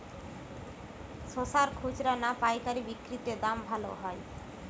শশার খুচরা না পায়কারী বিক্রি তে দাম ভালো হয়?